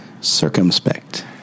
circumspect